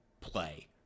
play